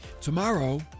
Tomorrow